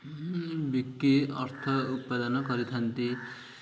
ବିକି ଅର୍ଥ ଉତ୍ପାଦନ କରିଥାନ୍ତି